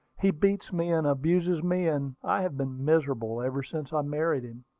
he beats me and abuses me, and i have been miserable ever since i married him.